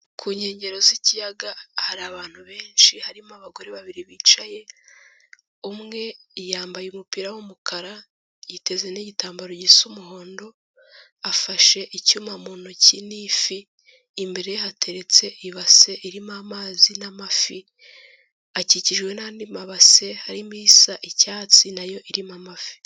Ku nkengero z'ikiyaga hari abantu benshi harimo abagore babiri bicaye, umwe yambaye umupira w'umukara yiteze n'igitambaro gisa umuhondo, afashe icyuma mu ntoki n'ifi, imbere hateretse ibase irimo amazi n'amafi, akikijwe n'andi mabase harimo isa icyatsi na yo irimo amafi.